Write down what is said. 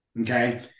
Okay